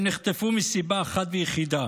הם נחטפו מסיבה אחת ויחידה: